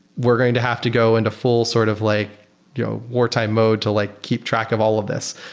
we're going to have to go into full sort of like you know wartime mode to like keep track of all of this.